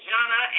Jana